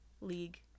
league